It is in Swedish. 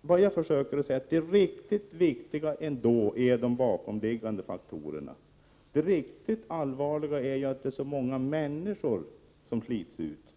vad jag försöker säga är att det riktigt viktiga ändå är de bakomliggande faktorerna. Det riktigt allvarliga är att det är så många människor som slits ut.